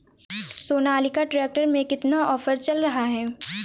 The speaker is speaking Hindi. सोनालिका ट्रैक्टर में कितना ऑफर चल रहा है?